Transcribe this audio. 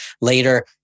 later